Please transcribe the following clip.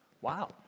Wow